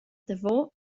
davo